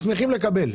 לקבל".